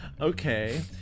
Okay